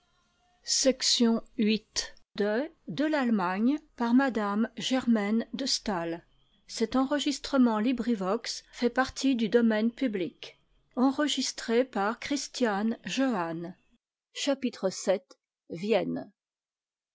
de m de